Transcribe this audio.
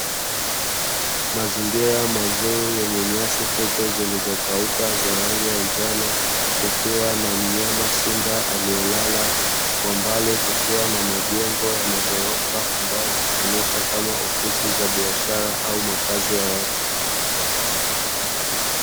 Mazingira mazuri yenye nyasi fupi zilizokauka za rangi ya njano, kukiwa na mnyama simba alielala, kwa mbali kukiwa na majengo ya maghorofa, ambayo hutumika kama ofisi za biashara au makazi ya watu .